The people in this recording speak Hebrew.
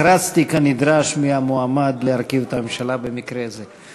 הכרזתי כנדרש מי המועמד להרכיב את הממשלה במקרה זה.